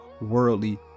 worldly